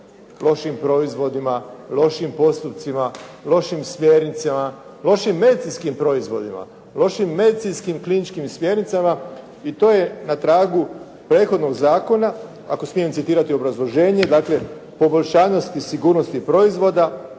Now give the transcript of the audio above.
lošim proizvodima, lošim postupcima, lošim smjernicama, lošim medicinskim proizvodima, lošim medicinskim kliničkim smjernicama i to je na tragu prethodnog zakona ako smijem citirati obrazloženje. Dakle, poboljšajnosti i sigurnosti proizvoda,